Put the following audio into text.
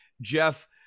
jeff